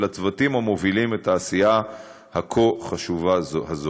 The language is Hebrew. ולצוותים המובילים את העשייה הכה-חשובה הזאת.